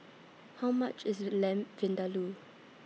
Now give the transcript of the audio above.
How much IS Lamb Vindaloo